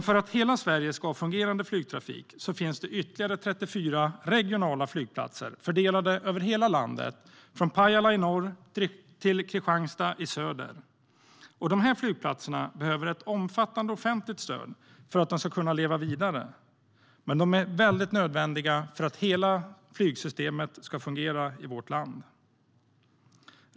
För att hela Sverige ska ha fungerande flygtrafik finns det ytterligare 34 regionala flygplatser fördelade över hela landet, från Pajala i norr till Kristianstad i söder. De här flygplatserna behöver ett omfattande offentligt stöd för att kunna leva vidare, men de är väldigt nödvändiga för att hela flygsystemet ska fungera i vårt land.